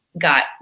got